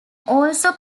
also